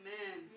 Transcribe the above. Amen